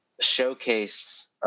showcase